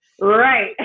right